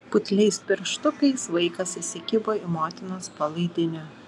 putliais pirštukais vaikas įsikibo į motinos palaidinę